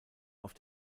auf